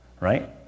right